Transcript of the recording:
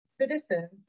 citizens